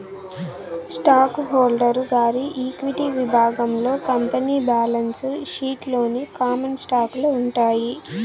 stock holder గారి equity విభాగంలో company balance sheet లోని కామన్ స్టాకులు ఉంటాయి